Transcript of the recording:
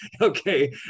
Okay